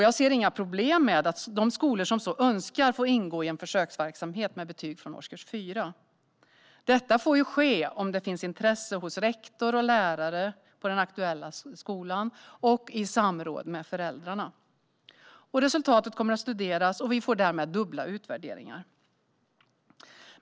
Jag ser inga problem med att de skolor som så önskar får ingå i en försöksverksamhet med betyg från årskurs 4. Detta får ske om det finns intresse hos rektor och lärare på den aktuella skolan, och i samråd med föräldrarna. Resultatet kommer att studeras, och vi får därmed dubbla utvärderingar.